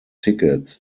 tickets